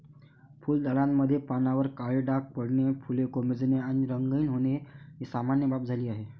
फुलझाडांमध्ये पानांवर काळे डाग पडणे, फुले कोमेजणे आणि रंगहीन होणे ही सामान्य बाब झाली आहे